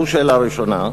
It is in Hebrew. זו שאלה ראשונה.